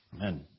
Amen